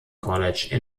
college